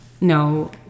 no